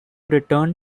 return